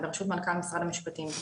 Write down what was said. בראשות מנכ"ל משרד המשפטים,